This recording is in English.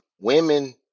women